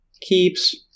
keeps